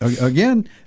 again